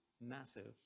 massive